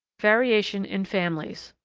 variation in families.